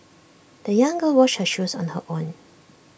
the young girl washed her shoes on her own